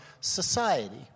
society